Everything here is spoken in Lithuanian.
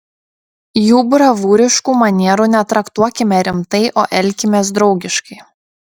jų bravūriškų manierų netraktuokime rimtai o elkimės draugiškai